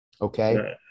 Okay